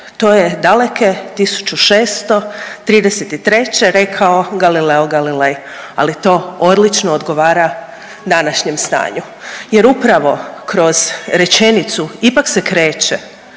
to je daleke 1633. rekao Galileo Galilei ali to odlično odgovara današnjem stanju jer upravo kroz rečenicu ipak se kreće,